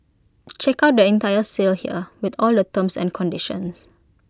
check out their entire sale here with all the terms and conditions